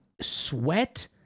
sweat